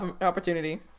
opportunity